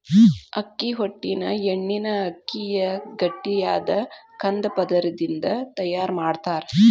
ಅಕ್ಕಿ ಹೊಟ್ಟಿನ ಎಣ್ಣಿನ ಅಕ್ಕಿಯ ಗಟ್ಟಿಯಾದ ಕಂದ ಪದರದಿಂದ ತಯಾರ್ ಮಾಡ್ತಾರ